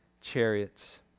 Chariots